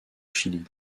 chili